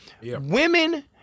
women